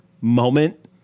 moment